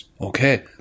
Okay